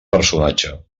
personatge